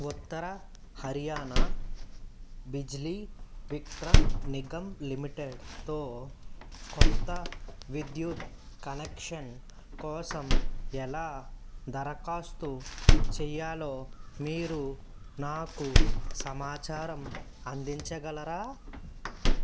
ఉత్తర హర్యానా బిజ్లీ విత్రన్ నిగమ్ లిమిటెడ్తో కొత్త విద్యుత్ కనెక్షన్ కోసం ఎలా దరఖాస్తు చెయ్యాలో మీరు నాకు సమాచారం అందించగలరా